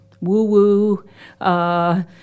woo-woo